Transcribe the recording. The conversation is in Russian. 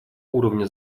уровня